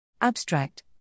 Abstract